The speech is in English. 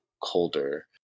colder